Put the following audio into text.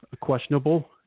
questionable